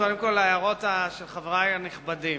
קודם כול על הערות חברי הנכבדים.